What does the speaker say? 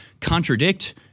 contradict